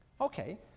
Okay